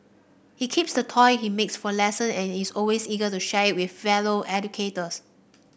he keeps the toy he makes for lesson and is always eager to share it with fellow educators